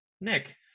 Nick